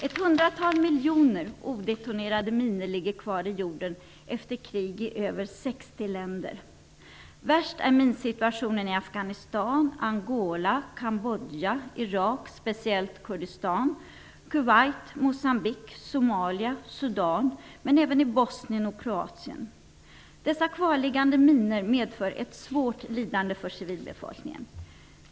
Ett hundratal miljoner odetonerade minor ligger kvar i jorden efter krig i mer än 60 länder. Värst är minsituationen i Afghanistan, Angola, Kambodja, Moçambique, Somalia och Sudan men även i Bosnien och Kroatien. Dessa kvarliggande minor medför ett svårt lidande för civilbefolkningen.